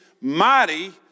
mighty